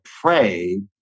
pray